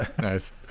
Nice